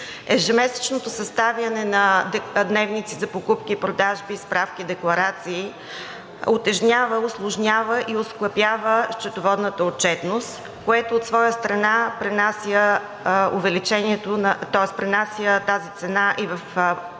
Ежемесечното съставяне на дневници за покупки и продажби, справки и декларации утежнява, усложнява и оскъпява счетоводната отчетност, което, от своя страна, пренася тази цена и в предлагания